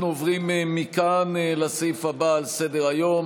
אנחנו עוברים מכאן לסעיף הבא על סדר-היום,